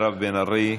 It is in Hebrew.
מירב בן ארי,